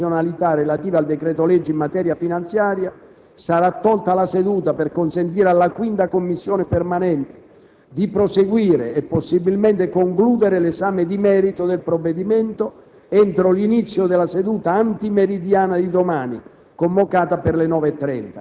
sui presupposti di costituzionalità relativi al decreto-legge in materia finanziaria, sarà tolta la seduta per consentire alla 5a Commissione permanente di proseguire, e possibilmente concludere, l'esame di merito del provvedimento entro l'inizio della seduta antimeridiana di domani,